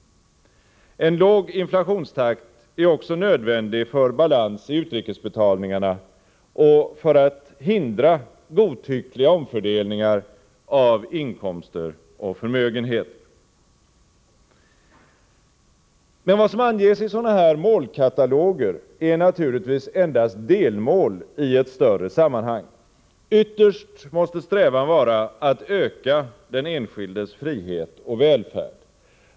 En låg inflationstakt är också nödvändig för balans i utrikesbetalningarna och för att hindra godtyckliga omfördelningar av inkomster och förmögenheter. Men vad som anges i sådana här målkataloger är naturligtvis endast delmål i ett större sammanhang. Ytterst måste strävan vara att öka den enskildes frihet och välfärd.